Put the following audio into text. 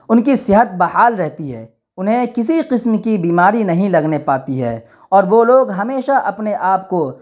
ان کی صحت بحال رہتی ہے انہیں کسی قسم کی بیماری نہیں لگنے پاتی ہے اور وہ لوگ ہمیشہ اپنے آپ کو